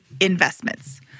investments